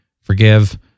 forgive